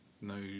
no